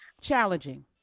challenging